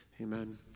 Amen